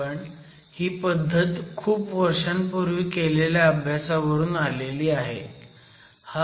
पण ही पद्धत खूप वर्षांपूर्वी केलेल्या अभ्यासावरून आलेली आहे